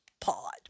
pod